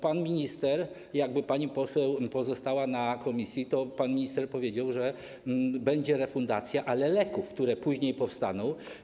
Pan minister - jakby pani poseł pozostała na posiedzeniu komisji - powiedział, że będzie refundacja, ale leków, które później powstaną.